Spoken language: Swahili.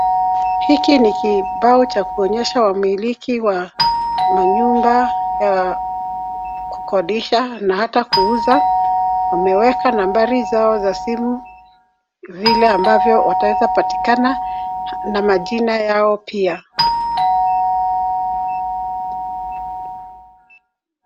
Hiki ni kibao cha kuonyesha wamiliki wa manyumba ya kukodisha na hata kuuza. Wameweka nambari zao za simu vile ambavyo wataeza patikana, na majina yao pia.